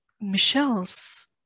Michelle's